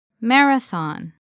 Marathon